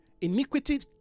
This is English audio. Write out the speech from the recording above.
Iniquity